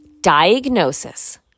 Diagnosis